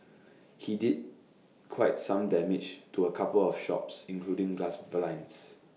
he did quite some damage to A couple of shops including glass blinds